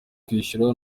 kwishyura